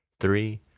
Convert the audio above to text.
three